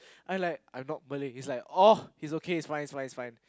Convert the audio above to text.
I'm like I'm not Malay he's oh it's okay he's fine he's fine he's fine